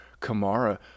Kamara